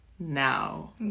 now